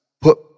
put